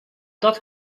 dat